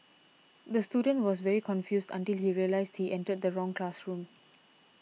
the student was very confused until he realised he entered the wrong classroom